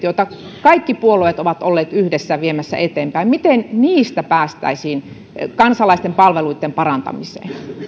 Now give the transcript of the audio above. joita kaikki puolueet ovat olleet yhdessä viemässä eteenpäin päästäisiin kansalaisten palveluitten parantamiseen